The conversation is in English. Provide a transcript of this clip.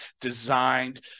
designed